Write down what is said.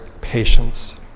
patience